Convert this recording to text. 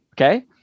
Okay